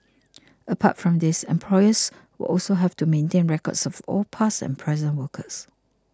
apart from these employers will also have to maintain records of all past and present workers